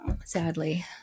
sadly